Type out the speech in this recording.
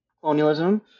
colonialism